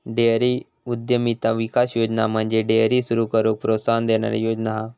dairy उद्यमिता विकास योजना म्हणजे डेअरी सुरू करूक प्रोत्साहन देणारी योजना हा